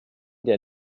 der